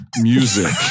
music